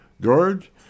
George